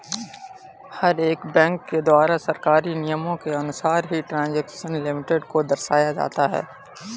हर एक बैंक के द्वारा सरकारी नियमों के अनुसार ही ट्रांजेक्शन लिमिट को दर्शाया जाता है